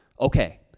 Okay